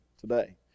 today